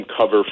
cover